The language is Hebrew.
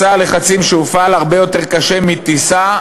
מסע הלחצים שהופעל הרבה יותר קשה מטיסה,